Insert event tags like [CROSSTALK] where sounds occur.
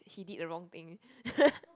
he did the wrong thing [LAUGHS]